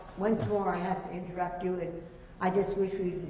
once more, i have to interrupt you, and i just wish we